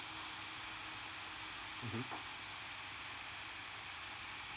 mmhmm